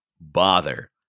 bother